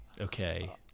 okay